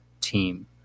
team